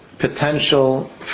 potential